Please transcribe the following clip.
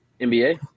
NBA